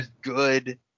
good